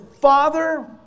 Father